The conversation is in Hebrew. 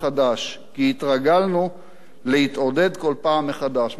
כי התרגלנו להתעודד כל פעם מחדש." משפט אחרון,